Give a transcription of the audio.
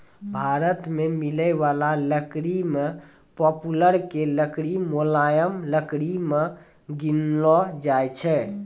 भारत मॅ मिलै वाला लकड़ी मॅ पॉपुलर के लकड़ी मुलायम लकड़ी मॅ गिनलो जाय छै